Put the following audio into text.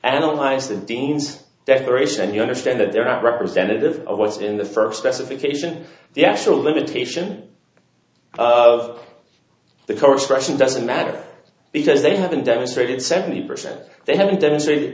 analyze the dean's desperation and you understand that they're not representative of what's in the first specification the actual limitation of the course correction doesn't matter because they haven't demonstrated seventy percent they haven't demonstrated